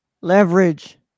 Leverage